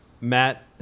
Matt